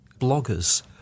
Bloggers